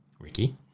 Ricky